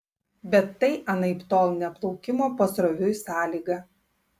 bet tai anaiptol ne plaukimo pasroviui sąlyga